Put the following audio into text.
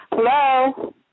Hello